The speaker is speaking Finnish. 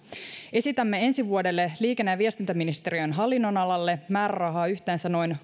esitämme ensi vuodelle liikenne ja viestintäministeriön hallinnonalalle määrärahaa yhteensä noin